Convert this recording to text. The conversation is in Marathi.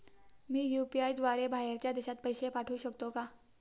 मी यु.पी.आय द्वारे बाहेरच्या देशात पैसे पाठवू शकतो का?